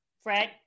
Fred